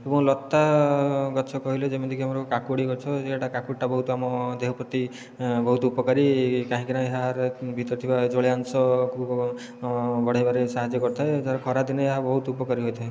ଏବଂ ଲତା ଗଛ କହିଲେ ଯେମିତିକି ଆମର କାକୁଡ଼ି ଗଛ ଯେଉଁଟା କାକୁଡ଼ିଟା ବହୁତ ଆମ ଦେହ ପ୍ରତି ବହୁତ ଉପକାରୀ କାହିଁକିନା ଏହାର ଭିତରେ ଥିବା ଜଳୀୟାଂଶକୁ ବଢ଼ାଇବାରେ ସାହାଯ୍ୟ କରିଥାଏ ଯାହା ଖରାଦିନେ ଏହା ବହୁତ ଉପକାରୀ ହୋଇଥାଏ